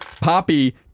Poppy